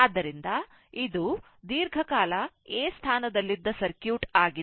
ಆದ್ದರಿಂದ ಇದು ದೀರ್ಘಕಾಲ A ಸ್ಥಾನದಲ್ಲಿದ್ದ ಸರ್ಕ್ಯೂಟ್ ಆಗಿದೆ